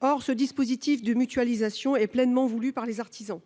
Or ce dispositif de mutualisation est pleinement voulu par les artisans,